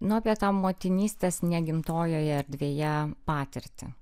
nu apie tą motinystės ne gimtojoje erdvėje patirtį